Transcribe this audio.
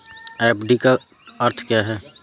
FD का अर्थ क्या है?